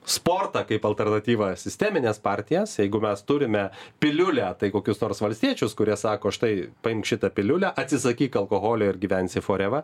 sportą kaip alternatyvą sistemines partijas jeigu mes turime piliulę tai kokius nors valstiečius kurie sako štai paimk šitą piliulę atsisakyk alkoholio ir gyvensi for eva